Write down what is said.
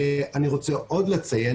אני רוצה עוד לציין,